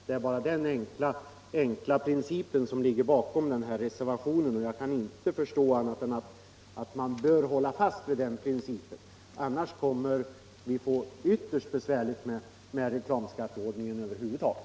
Det är den enkla princip som ligger bakom reservationen, och jag kan inte förstå annat än att vi bör hålla fast vid den principen. Annars kommer vi att få det ytterst besvärligt med reklamskatteförordningen över huvud taget.